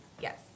yes